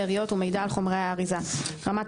שאריות ומידע על חומרי האריזה: 4.1. רמת